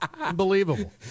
Unbelievable